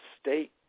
state